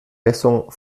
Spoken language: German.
messung